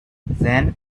then